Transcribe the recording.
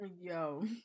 Yo